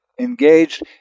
engaged